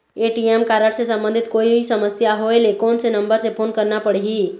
ATM card से संबंधित कोई समस्या होय ले, कोन से नंबर से फोन करना पढ़ही?